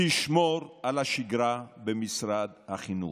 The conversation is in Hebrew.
תשמור על השגרה במשרד החינוך.